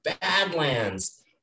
Badlands